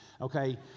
okay